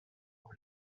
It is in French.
pour